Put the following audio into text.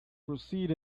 proceed